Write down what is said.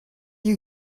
you